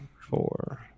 four